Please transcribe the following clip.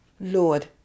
Lord